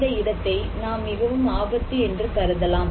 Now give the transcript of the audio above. இந்த இடத்தை நாம் மிகவும் ஆபத்து என்று கருதலாம்